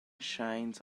shines